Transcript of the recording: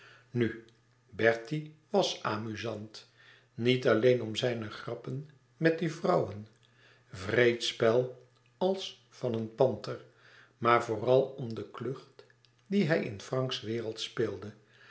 nu bertie wàs amusant niet alleen om zijne grappen met die vrouwen wreed spel als van een panter maar vooral om de klucht die hij in franks wereld speelde